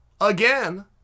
again